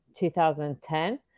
2010